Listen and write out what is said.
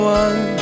one